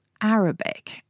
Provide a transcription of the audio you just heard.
Arabic